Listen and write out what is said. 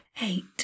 eight